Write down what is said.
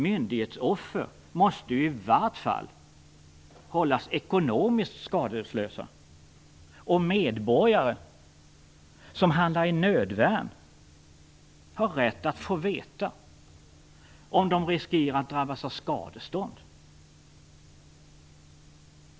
Myndighetsoffer måste ju i vart fall hållas ekonomiskt skadeslösa, och medborgare som handlar i nödvärn har rätt att få veta om de riskerar att drabbas av skadestånd.